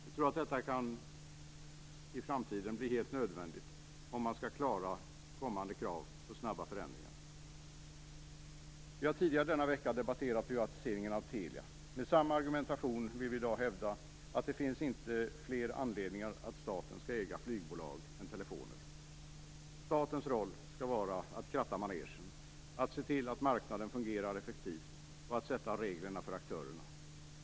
Vi tror att detta i framtiden kan bli helt nödvändigt om man skall klara kommande krav på snabba förändringar. Vi har tidigare denna vecka debatterat privatiseringen av Telia. Med samma argumentation vill vi i dag hävda att det inte finns fler anledningar för att staten skall äga flygbolag än att äga telefoner. Statens roll skall vara att kratta manegen, se till att marknaden fungerar effektivt och sätta reglerna för aktörerna.